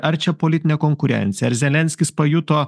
ar čia politinė konkurencija ar zelenskis pajuto